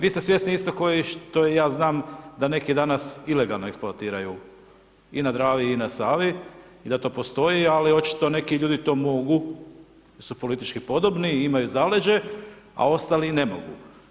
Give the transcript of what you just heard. Vi ste svjesni isto kao i što ja znam da neki danas ilegalno eksploatiraju i na Dravi i na Savi i da to postoji, ali očito neki ljudi to mogu, su politički podobni imaju zaleđe, a ostali ne mogu.